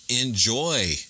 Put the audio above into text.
enjoy